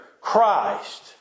Christ